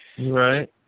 Right